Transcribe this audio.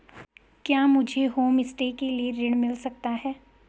क्या मुझे होमस्टे के लिए ऋण मिल सकता है?